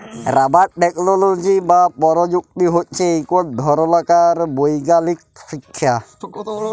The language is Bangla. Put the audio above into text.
রাবার টেকলোলজি বা পরযুক্তি হছে ইকট ধরলকার বৈগ্যালিক শিখ্খা